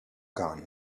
gone